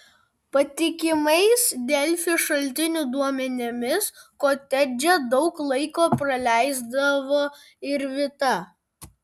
patikimais delfi šaltinių duomenimis kotedže daug laiko praleisdavo ir vita